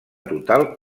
total